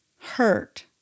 hurt